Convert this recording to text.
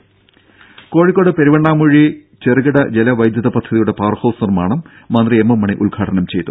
രുട കോഴിക്കോട് പെരുവണ്ണാമുഴി ചെറുകിട ജലവൈദ്യുത പദ്ധതിയുടെ പവർഹൌസ് നിർമ്മാണം മന്ത്രി എം എം മണി ഉദ്ഘാടനം ചെയ്തു